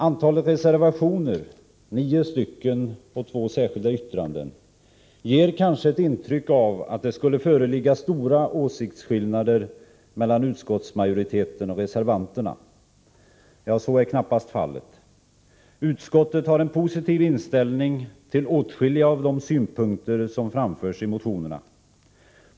Antalet reservationer — nio stycken och två särskilda yttranden — ger kanske ett intryck av att det skulle föreligga stora åsiktsskillnader mellan utskottsmajoriteten och reservanterna. Så är knappast fallet. Utskottet har en positiv inställning till åtskilliga av de synpunkter som framförs i motionerna.